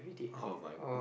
oh my